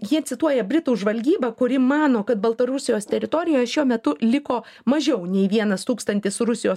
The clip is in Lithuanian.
jie cituoja britų žvalgybą kuri mano kad baltarusijos teritorijoje šiuo metu liko mažiau nei vienas tūkstantis rusijos